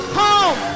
home